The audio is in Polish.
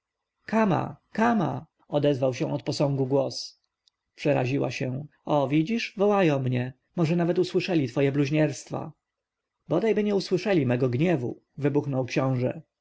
kama kama odezwał się od posągu głos przeraziła się o widzisz wołają mnie może nawet słyszeli twoje bluźnierstwa bodajby nie usłyszeli mego gniewu wybuchnął książę